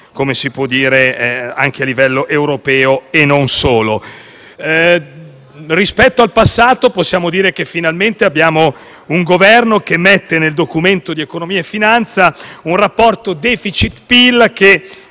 parte di altri attori a livello europeo, e non solo. Rispetto al passato, possiamo dire che, finalmente, abbiamo un Governo che mette nel Documento di economia e finanza un rapporto *deficit*/PIL che,